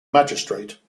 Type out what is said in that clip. magistrate